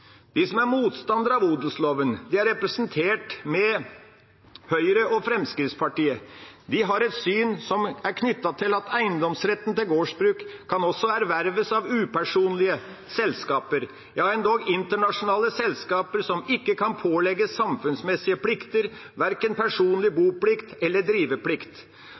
De som er motstandere av odelsloven, er representert med Høyre og Fremskrittspartiet. De har et syn som er knyttet til at eiendomsretten til gårdsbruk også kan erverves av upersonlige selskaper, ja, endog internasjonale selskaper som ikke kan pålegges samfunnsmessige plikter, verken personlig boplikt eller driveplikt.